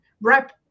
wrap